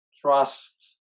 trust